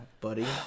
buddy